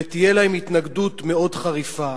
ותהיה להן התנגדות מאוד חריפה.